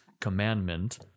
commandment